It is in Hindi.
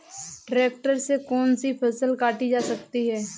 ट्रैक्टर से कौन सी फसल काटी जा सकती हैं?